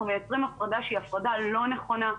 אנחנו מייצרים הפרדה שהיא הפרדה לא נכונה.